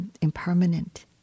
impermanent